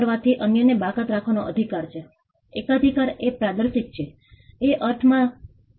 આ ધારાવી વિસ્તારોનું એક ચિત્ર છે આ આપણું નજીકનું સ્થાન છે